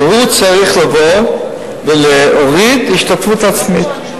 והוא צריך לבוא ולהוריד את ההשתתפות העצמית.